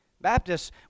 Baptists